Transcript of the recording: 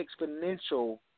exponential